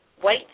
white